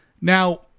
Now